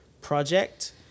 project